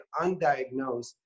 undiagnosed